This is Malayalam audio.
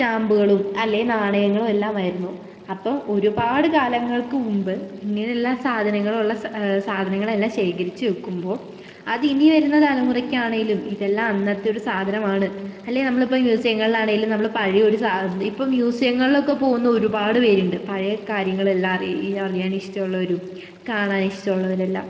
സ്റ്റാമ്പുകളും അല്ലേ നാണയങ്ങളും എല്ലാമായിരുന്നു അപ്പം ഒരുപാട് കാലങ്ങൾക്കു മുമ്പ് ഇങ്ങനെയുള്ള സാധനങ്ങൾ ഉള്ള സാ സാധനങ്ങൾ എല്ലാം ശേഖരിച്ചു വെയ്ക്കുമ്പോൾ അത് ഇനി വരുന്ന തലമുറക്കാണെങ്കിലും ഇതെല്ലാം അന്നത്തെ ഒരു സാധനമാണ് അല്ലേ നമ്മളിപ്പോൾ മ്യൂസിയങ്ങളിൽ ആണെങ്കിലും നമ്മൾ പഴയൊരു സാധനം ഇപ്പം മ്യൂസിയങ്ങളിലൊക്കെ പോകുന്ന ഒരുപാട് പേരുണ്ട് പഴയ കാര്യങ്ങൾ എല്ലാം അറിയാൻ അറിയാൻ ഇഷ്ടമുള്ളവരും കാണാൻ ഇഷ്ടമുള്ളവരും എല്ലാം